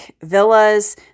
Villas